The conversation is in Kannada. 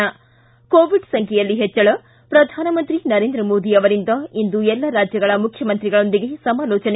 ಿ ಕೋವಿಡ್ ಸಂಖ್ಯೆಯಲ್ಲಿ ಹೆಚ್ಚಳ ಪ್ರಧಾನಮಂತ್ರಿ ನರೇಂದ್ರ ಮೋದಿ ಅವರಿಂದ ಇಂದು ಎಲ್ಲ ರಾಜ್ಯಗಳ ಮುಖ್ಯಮಂತ್ರಿಗಳೊಂದಿಗೆ ಸಮಾಲೋಚನೆ